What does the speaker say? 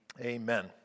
Amen